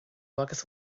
agus